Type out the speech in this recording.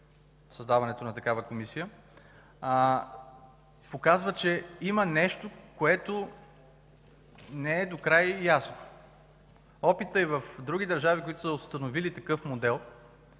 създаването на такава комисия, показва, че има нещо, което не е докрай ясно. Опитът и в други държави, които са установили такъв модел,